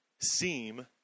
seem